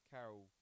Carol